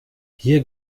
hier